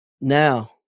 now